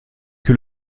que